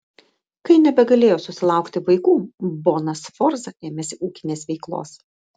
kai nebegalėjo susilaukti vaikų bona sforza ėmėsi ūkinės veiklos